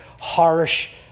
harsh